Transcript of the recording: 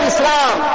Islam